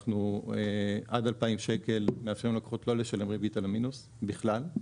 אנחנו עד 2,000 שקל מאפשרים ללקוחות לא לשלם ריבית על המינוס בכלל.